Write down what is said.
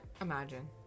Imagine